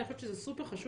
אני חושבת שזה מאוד חשוב,